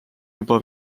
juba